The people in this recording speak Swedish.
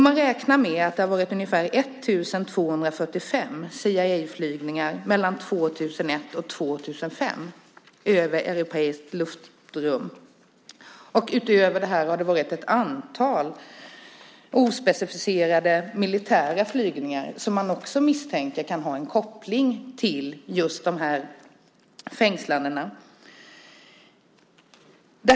Man räknar med att det har varit ungefär 1 245 CIA-flygningar mellan 2001 och 2005 över europeiskt luftrum. Utöver detta har det varit ett antal ospecificerade militära flygningar som man också misstänker kan ha en koppling till just de här fängslandena.